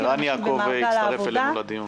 הינה, ערן יעקב הצטרף אלינו, לדיון.